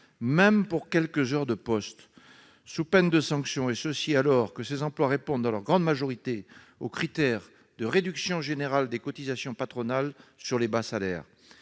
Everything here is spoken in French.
même pour quelques heures de poste, sous peine de sanctions, alors même que ces emplois répondent, dans leur grande majorité, aux critères de réduction générale des cotisations patronales sur les bas salaires.